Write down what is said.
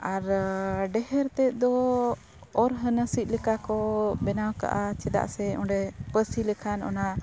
ᱟᱨ ᱰᱷᱮᱹᱨ ᱛᱮᱫ ᱫᱚ ᱚᱨ ᱦᱟᱱᱟ ᱥᱤᱫ ᱞᱮᱠᱟ ᱠᱚ ᱵᱮᱱᱟᱣ ᱠᱟᱜᱼᱟ ᱪᱮᱫᱟᱜ ᱥᱮ ᱚᱸᱰᱮ ᱯᱟᱹᱥᱤ ᱞᱮᱠᱷᱟᱱ ᱚᱱᱟ